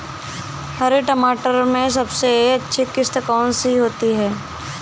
हरे मटर में सबसे अच्छी किश्त कौन सी होती है?